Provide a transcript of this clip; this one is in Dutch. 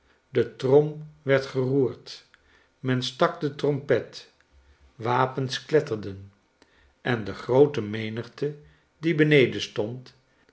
de trom werd geroerd men stak de trompet wapens kletterden en de groote menigte die beneden stond